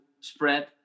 spread